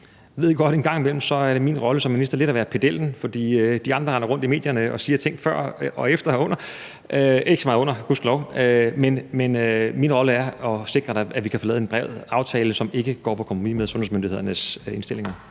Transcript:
Jeg ved godt, at det en gang imellem som minister lidt er min rolle at være pedellen, fordi de andre render rundt i medierne og siger ting før og efter, men gudskelov ikke så meget under forløbet. Men min rolle er at sikre, at vi kan få lavet en bred aftale, som ikke går på kompromis med sundhedsmyndighedernes indstillinger.